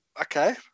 Okay